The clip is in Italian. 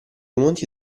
monti